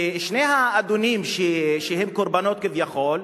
ששני האדונים שהם קורבנות כביכול,